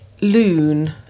Loon